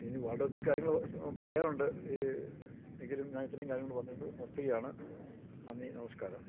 ഇനി വേണ്ട ഒത്തിരി കാര്യങ്ങള് പറയാനുണ്ട് എങ്കിലും ഞാന് ഇത്രയും കാര്യങ്ങള് പറഞ്ഞുകൊണ്ടു നിർത്തുകയാണ് നന്ദി നമസ്കാരം